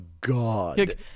God